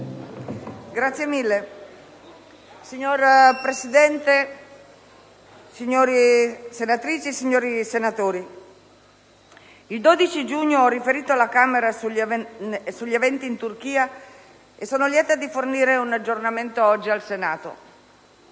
esteri*. Signor Presidente, signore senatrici e signori senatori, il 12 giugno ho riferito alla Camera sugli eventi in Turchia e sono lieta di fornire oggi un aggiornamento al Senato.